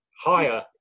higher